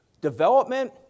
Development